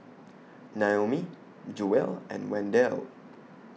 Naomi Joelle and Wendel